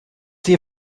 hier